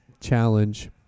challenge